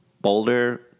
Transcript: Boulder